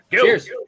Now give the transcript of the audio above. Cheers